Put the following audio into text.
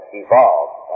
evolved